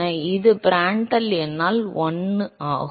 எனவே இது பிராண்டல் எண்ணால் 1 ஆகும்